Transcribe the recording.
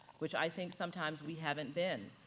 which i think sometimes we haven't been.